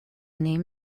name